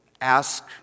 ask